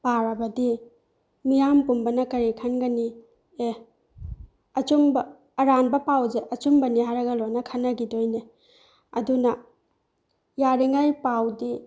ꯄꯥꯔꯕꯗꯤ ꯃꯤꯌꯥꯝ ꯄꯨꯝꯕꯅ ꯀꯔꯤ ꯈꯟꯒꯅꯤ ꯑꯦ ꯑꯆꯨꯝꯕ ꯑꯔꯥꯟꯕ ꯄꯥꯎꯁꯦ ꯑꯆꯨꯝꯕꯅꯦ ꯍꯥꯏꯔꯒ ꯂꯣꯏꯅ ꯈꯟꯅꯈꯤꯗꯣꯏꯅꯦ ꯑꯗꯨꯅ ꯌꯥꯔꯤꯉꯩ ꯄꯥꯎꯗꯤ